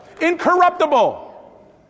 Incorruptible